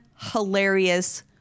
hilarious